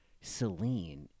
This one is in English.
Celine